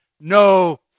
No